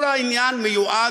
כל העניין מיועד,